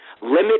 limit